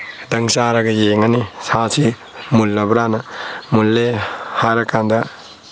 ꯈꯤꯇꯪ ꯆꯥꯔꯒ ꯌꯦꯡꯉꯅꯤ ꯁꯥꯁꯤ ꯃꯨꯜꯂꯕ꯭ꯔꯅ ꯃꯨꯜꯂꯦ ꯍꯥꯏꯔꯀꯥꯟꯗ